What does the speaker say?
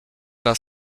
raz